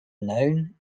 known